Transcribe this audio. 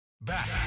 Back